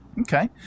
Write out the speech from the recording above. Okay